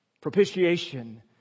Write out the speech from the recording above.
propitiation